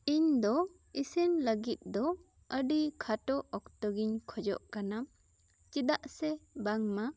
ᱤᱧ ᱫᱚ ᱤᱥᱤᱱ ᱞᱟᱹᱜᱤᱫ ᱫᱚ ᱟᱹᱰᱤ ᱠᱷᱟᱴᱚ ᱚᱠᱛᱚ ᱜᱤᱧ ᱠᱷᱚᱡᱚᱜ ᱠᱟᱱᱟ ᱪᱮᱫᱟᱜ ᱥᱮ ᱵᱟᱝ ᱢᱟ